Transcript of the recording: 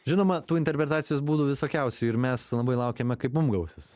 žinoma tų interpretacijos būdų visokiausių ir mes labai laukiame kaip mums gausis